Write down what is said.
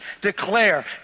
declare